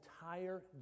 entire